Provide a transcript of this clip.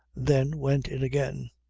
then went in again.